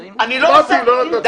מה זה, לא?